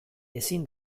ezin